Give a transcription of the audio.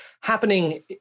happening